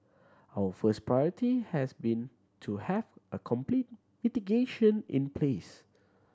our first priority has been to have a complete mitigation in place